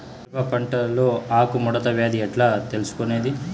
మిరప పంటలో ఆకు ముడత వ్యాధి ఎట్లా తెలుసుకొనేది?